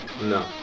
No